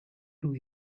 two